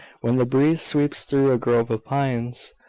when the breeze sweeps through a grove of pines.